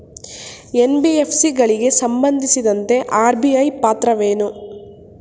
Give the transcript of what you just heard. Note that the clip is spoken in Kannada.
ಎನ್.ಬಿ.ಎಫ್.ಸಿ ಗಳಿಗೆ ಸಂಬಂಧಿಸಿದಂತೆ ಆರ್.ಬಿ.ಐ ಪಾತ್ರವೇನು?